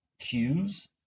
cues